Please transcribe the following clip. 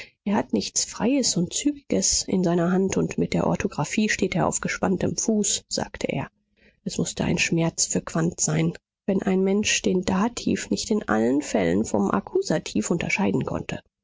er hat nichts freies und zügiges in seiner hand und mit der orthographie steht er auf gespanntem fuß sagte er es mußte ein schmerz für quandt sein wenn ein mensch den dativ nicht in allen fällen vom akkusativ unterscheiden konnte